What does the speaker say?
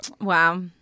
Wow